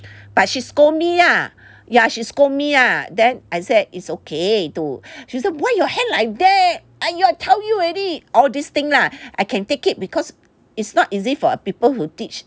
but she scold me lah ya she scold me ah then I said it's okay to she say why your hand like that !aiya! I tell you already all this thing lah I can take it because it's not easy for people who teach